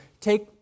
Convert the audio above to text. take